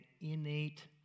innate